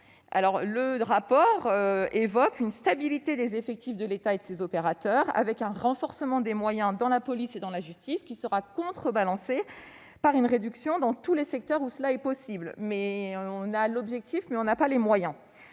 le rapport note une stabilité des effectifs de l'État et de ses opérateurs, avec un renforcement des moyens dans la police et dans la justice, qui sera contrebalancé par une réduction dans tous les secteurs où cela est possible. On a l'objectif, mais pas les moyens